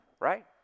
right